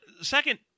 second